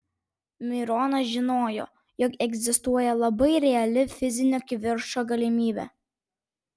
mironas žinojo jog egzistuoja labai reali fizinio kivirčo galimybė